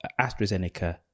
AstraZeneca